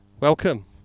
Welcome